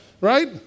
right